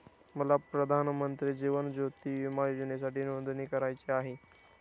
मला प्रधानमंत्री जीवन ज्योती विमा योजनेसाठी नोंदणी करायची आहे